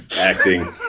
Acting